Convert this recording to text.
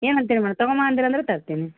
ಏನಂತೇಳಿ ಮೇಡಮ್ ತೊಗೊಂಬಾ ಅಂದಿರಿ ಅಂದರೆ ತರ್ತೀನಿ